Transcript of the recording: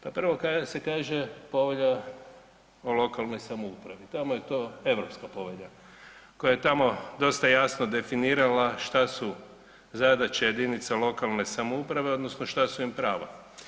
Pa prvo kada se kaže povelja o lokalnoj samoupravi, tamo je to europska povelja koja je tamo dosta jasno definirala šta su zadaće jedinica lokalne samouprave odnosno šta su im prava.